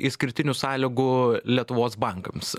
išskirtinių sąlygų lietuvos bankams